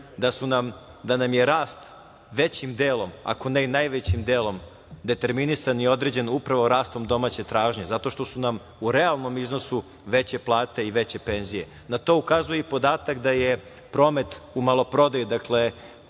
da nam je rast većim delom ako ne i najvećim delom determinisan i određen upravo rastom domaće tražnje zato što su nam u realnom iznosu veće plate i veće penzije. Na to ukazuje i podatak da je promet u maloprodaju, dakle,